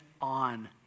on